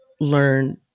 learn